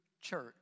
Church